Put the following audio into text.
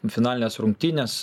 finalines rungtynes